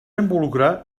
involucrar